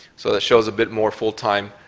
so that shows a bit more full-time